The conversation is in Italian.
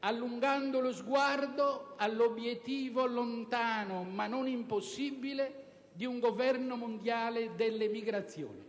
allungando lo sguardo all'obiettivo lontano ma non impossibile di un governo mondiale dell'emigrazione.